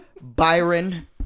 Byron